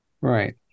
Right